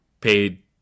paid